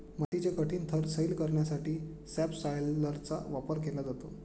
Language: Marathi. मातीचे कठीण थर सैल करण्यासाठी सबसॉयलरचा वापर केला जातो